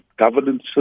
governance